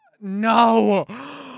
No